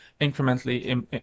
incrementally